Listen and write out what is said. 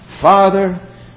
Father